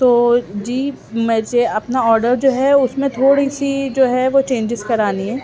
تو جی میں جے اپنا آڈر جو ہے اس میں تھوڑی سی جو ہے وہ چینجز کرانی ہے